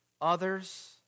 others